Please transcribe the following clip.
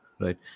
right